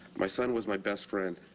my son was my best friend.